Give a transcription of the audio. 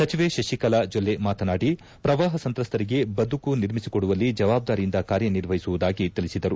ಸಚಿವೆ ಶತಿಕಲಾ ಜೊಲ್ಲೆ ಮಾತನಾಡಿ ಪ್ರವಾಪ ಸಂತ್ರಸ್ತರಿಗೆ ಬದುಕು ನಿರ್ಮಿಸಿಕೊಡುವುದರಲ್ಲಿ ಜವಾಬ್ದಾರಿಯಿಂದ ಕಾರ್ಯನಿರ್ವಹಿಸುವುದಾಗಿ ತಿಳಿಸಿದರು